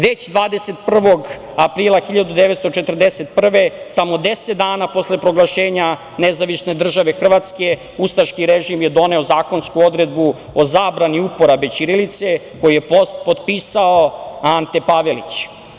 Već 21. aprila 1941. godine, samo 10 dana posle proglašenja NDH, ustaški režim je doneo zakonsku odredbu o zabrani uporabe ćirilice koju je potpisao Ante Pavelić.